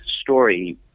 story